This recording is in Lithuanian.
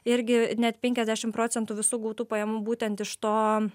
irgi net penkiasdešim procentų visų gautų pajamų būtent iš to